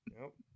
Nope